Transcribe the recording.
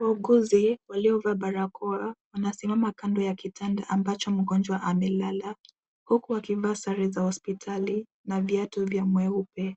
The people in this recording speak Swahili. Wauguzi waliovaa barakoa wanasimama kando ya kitanda ambacho mgonjwa amelala huku wakivaa sare za hospitali na viatu vya mweupe.